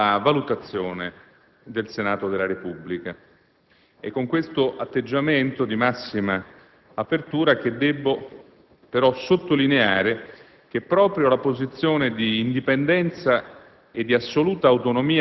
per la valutazione del Senato della Repubblica. È con questo atteggiamento di massima apertura che devo però sottolineare che proprio la posizione di indipendenza